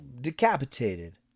decapitated